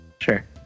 Sure